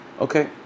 okay